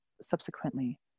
subsequently